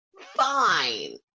Fine